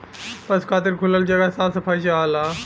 पसु खातिर खुलल जगह साफ सफाई चाहला